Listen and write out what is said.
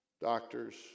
doctors